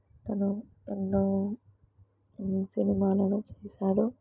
తను ఎన్నో సినిమాలను చేశాడు